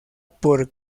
por